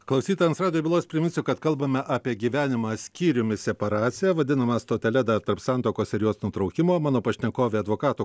klausytojams radijo bylos priminsiu kad kalbame apie gyvenimą skyriumi separacija vadinama stotele tarp santuokos ir jos nutraukimo mano pašnekovė advokatų